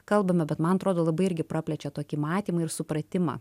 kalbame bet man atrodo labai irgi praplečia tokį matymą ir supratimą